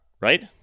Right